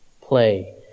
play